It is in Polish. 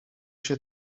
się